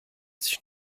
sich